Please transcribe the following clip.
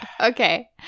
Okay